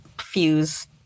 fuse